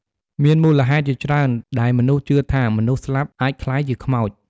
មានមូលហេតុជាច្រើនដែលមនុស្សជឿថាមនុស្សស្លាប់អាចក្លាយជាខ្មោច។